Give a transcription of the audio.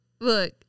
Look